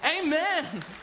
Amen